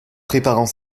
préparant